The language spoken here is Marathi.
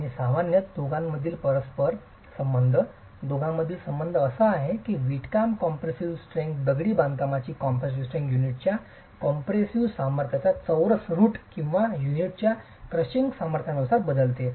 आणि सामान्यत दोघांमधील परस्परसंबंध दोघांमधील संबंध असा आहे की वीटकाम कॉम्प्रेसीव स्ट्रेंग्थ दगडी बांधकामाची कॉम्प्रेसीव स्ट्रेंग्थ युनिटच्या कॉम्प्रेसिव्ह सामर्थ्याच्या चौरस रूट किंवा युनिटच्या क्रशिंग सामर्थ्यानुसार बदलते